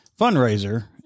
fundraiser